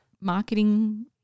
marketing